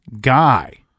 guy